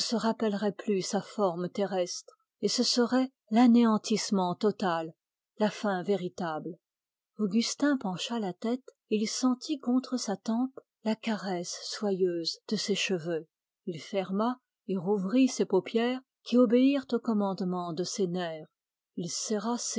rappellerait plus sa forme terrestre et ce serait l'anéantissement total la fin véritable augustin pencha la tête et il sentit contre sa tempe la caresse soyeuse de ses cheveux il ferma et rouvrit ses paupières qui obéirent au commandement de ses nerfs il serra